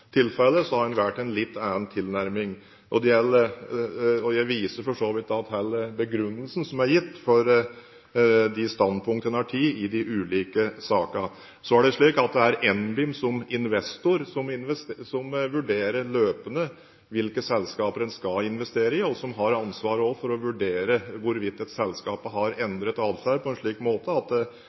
for så vidt til begrunnelsen som er gitt for de standpunktene en har tatt i de ulike sakene. Det er NBIM, som investor, som vurderer løpende hvilke selskaper en skal investere i, og som òg har ansvaret for å vurdere hvorvidt et selskap har endret atferd på en slik måte at